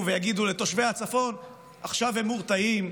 ויגידו לתושבי הצפון: עכשיו הם מורתעים,